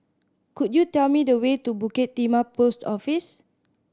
could you tell me the way to Bukit Timah Post Office